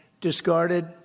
discarded